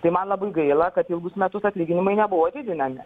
tai man labai gaila kad ilgus metus atlyginimai nebuvo didinami